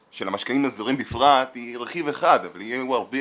הבדיקה של המשקיעים הזרים בפרט היא רכיב אחד אבל יהיו הרבה